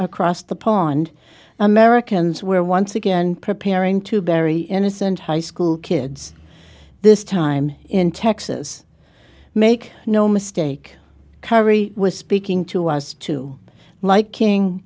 across the pond americans were once again preparing to bury innocent high school kids this time in texas make no mistake kerry was speaking to us too like king